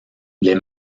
les